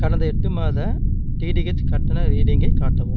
கடந்த எட்டு மாத டிடிஹெச் கட்டண ரீடிங்கை காட்டவும்